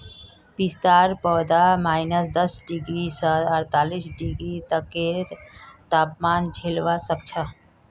पिस्तार पौधा माइनस दस डिग्री स अड़तालीस डिग्री तकेर तापमान झेलवा सख छ